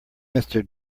mister